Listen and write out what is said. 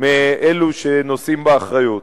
מאלה שנושאים באחריות.